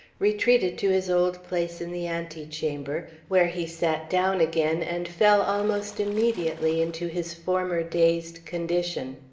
retreated to his old place in the antechamber, where he sat down again and fell almost immediately into his former dazed condition.